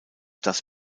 das